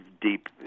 deep